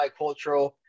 bicultural